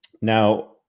Now